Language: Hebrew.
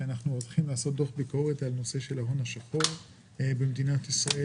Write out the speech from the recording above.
שאנחנו הולכים לעשות דוח ביקורת על הנושא של ההון השחור במדינת ישראל.